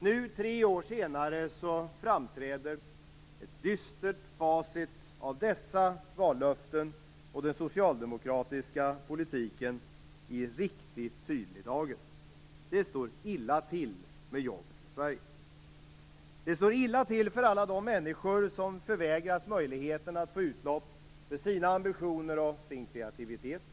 Nu tre år senare framträder ett dystert facit av dessa vallöften och den socialdemokratiska politiken i riktigt tydlig dager. Det står illa till med jobben i Sverige. Det står illa till med alla de människor som förvägras möjligheten att få utlopp för sina ambitioner och sin kreativitet.